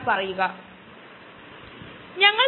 file ഇതുപോലെയാകും